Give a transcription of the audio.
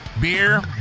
Beer